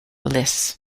lists